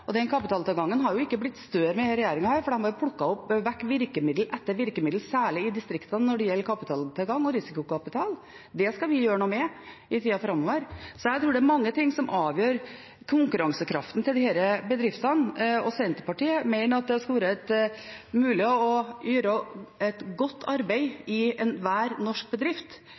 Den kapitaltilgangen har ikke blitt større med den forrige regjeringen, for de plukket vekk virkemiddel eller virkemiddel, særlig i distriktene, når det gjelder kapitaltilgang og risikokapital. Det skal vi gjøre noe med i tida framover. Så jeg tror det er mange ting som avgjør konkurransekraften til disse bedriftene. Senterpartiet mener det skal være mulig å gjøre et godt arbeid i enhver norsk bedrift